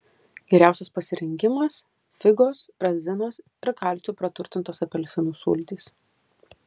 geriausias pasirinkimas figos razinos ir kalciu praturtintos apelsinų sultys